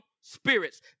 spirits